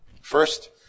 First